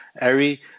Ari